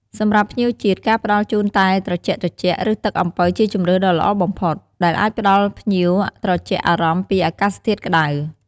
សម្រាប់ភ្ញៀវជាតិ ការផ្តល់ជូនតែត្រជាក់ៗ ឬទឹកអំពៅជាជម្រើសដ៏ល្អបំផុត ដែលអាចផ្តល់ភ្ញៀវត្រជាក់អារម្មណ៍ពីអាកាសធាតុក្ដៅ។